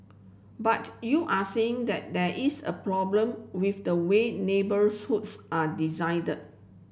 but you are saying that there is a problem with the way neighbour's hoods are